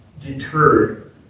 deterred